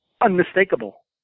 unmistakable